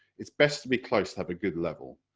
it's best to be close to have a good level,